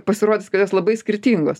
pasirodys kad jos labai skirtingos